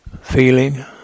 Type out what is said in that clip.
feeling